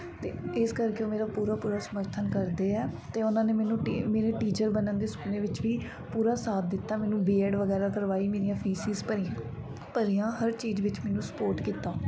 ਅਤੇ ਇਸ ਕਰਕੇ ਉਹ ਮੇਰਾ ਪੂਰਾ ਪੂਰਾ ਸਮਰਥਨ ਕਰਦੇ ਆ ਅਤੇ ਉਹਨਾਂ ਨੇ ਮੈਨੂੰ ਟੀ ਮੇਰੇ ਟੀਚਰ ਬਣਨ ਦੇ ਸੁਪਨੇ ਵਿੱਚ ਵੀ ਪੂਰਾ ਸਾਥ ਦਿੱਤਾ ਮੈਨੂੰ ਬੀਐਡ ਵਗੈਰਾ ਕਰਵਾਈ ਮੇਰੀਆਂ ਫੀਸਿਸ ਭਰੀਆਂ ਭਰੀਆਂ ਹਰ ਚੀਜ਼ ਵਿੱਚ ਮੈਨੂੰ ਸਪੋਰਟ ਕੀਤਾ